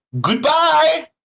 Goodbye